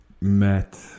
Met